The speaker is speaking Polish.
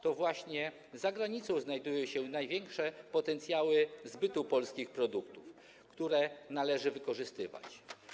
To właśnie za granicą znajduje się największy potencjał zbytu polskich produktów, który należy wykorzystywać.